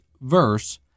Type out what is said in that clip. verse